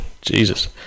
Jesus